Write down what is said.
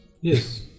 Yes